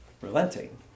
relenting